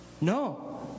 No